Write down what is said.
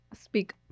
speak